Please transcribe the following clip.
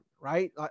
Right